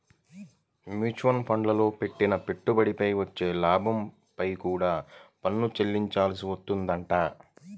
mutual ఫండ్లల్లో పెట్టిన పెట్టుబడిపై వచ్చే లాభాలపై కూడా పన్ను చెల్లించాల్సి వత్తదంట